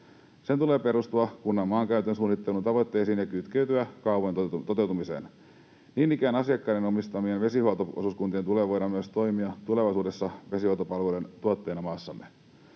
Sen tulee perustua kunnan maankäytön suunnittelun tavoitteisiin ja kytkeytyä kaavojen toteutumiseen. Niin ikään asiakkaiden omistamien vesihuolto-osuuskuntien tulee voida toimia myös tulevaisuudessa vesihuoltopalveluiden tuottajina maassamme.